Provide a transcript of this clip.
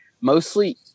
mostly